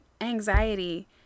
anxiety